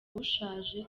ushaje